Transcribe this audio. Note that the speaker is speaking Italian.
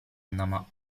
andammo